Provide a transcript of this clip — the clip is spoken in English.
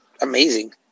amazing